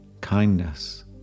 kindness